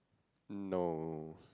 no